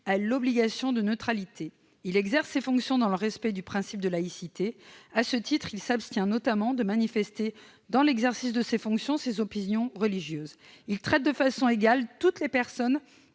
à l'obligation de neutralité »; qu'il « exerce ses fonctions dans le respect du principe de laïcité » et « à ce titre, il s'abstient notamment de manifester, dans l'exercice de ses fonctions, ses opinions religieuses »; qu'il « traite de façon égale toutes les personnes